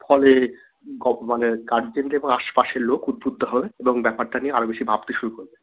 ফলে মানে গার্জেনরা এবং আশপাশের লোক উদ্বুদ্ধ হবে এবং ব্যাপারটা নিয়ে আরও বেশি ভাবতে শুরু করবে